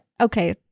okay